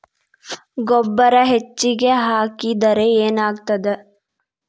ಗೊಬ್ಬರ ಹೆಚ್ಚಿಗೆ ಹಾಕಿದರೆ ಏನಾಗ್ತದ?